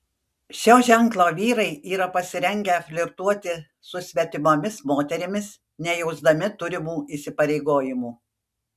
šio ženklo vyrai yra pasirengę flirtuoti su svetimomis moterimis nejausdami turimų įsipareigojimų